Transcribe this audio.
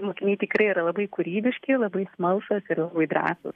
mokiniai tikrai yra labai kūrybiški labai smalsūs ir labai drąsūs